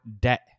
debt